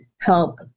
help